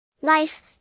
Life